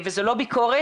וזה לא ביקורת,